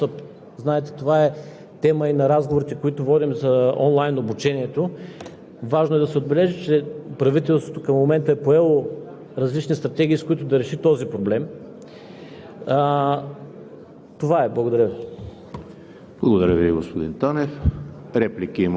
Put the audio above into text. За съжаление обаче, има една част от младите хора, няколко процента – не толкова голяма, които все още нямат такъв достъп. Знаете, това е тема и на разговорите, които водим за онлайн обучението. Важно е да се отбележи, че правителството към момента е поело